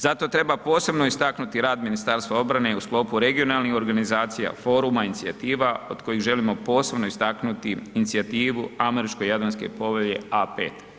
Zato treba posebno istaknuti rad Ministarstva obrane i u sklopu regionalnih organizacija, foruma, inicijativa, od kojih želimo posebno istaknuti inicijativu Američko-Jadranske povelje A5.